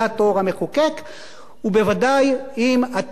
ובוודאי אם אתם העיתונאים,